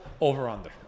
over-under